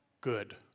good